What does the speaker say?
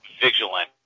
vigilant